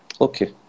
Okay